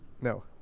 No